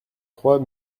trois